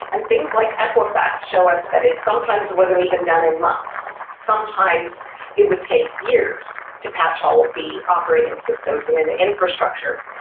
and things like equifax show us that it sometimes wasn't even done in months. sometimes it would take years to patch all of the operating systems in an infrastructure.